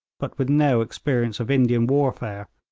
but with no experience of indian warfare,